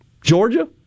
Georgia